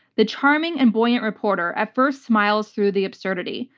the charming and buoyant reporter at first smiles through the absurdity,